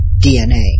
DNA